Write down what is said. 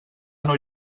nou